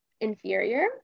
inferior